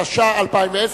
התש"ע 2010,